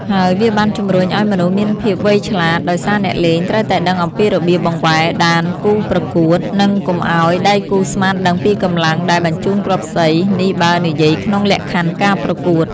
ហើយវាបានជំរុញឱ្យមនុស្សមានភាពវៃឆ្លាត ដោយសារអ្នកលេង ត្រូវតែដឹងអំពីរបៀបបង្វែរដានគូប្រកួត និងកុំឱ្យដៃគូស្មានដឹងពីកម្លាំងដែលបញ្ជូនគ្រាប់សី នេះបើនិយាយក្នុងលក្ខខណ្ឌការប្រកួត។